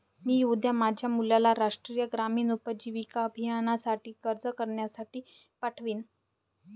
मी उद्या माझ्या मुलाला राष्ट्रीय ग्रामीण उपजीविका अभियानासाठी अर्ज करण्यासाठी पाठवीन